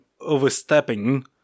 overstepping